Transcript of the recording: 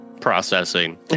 Processing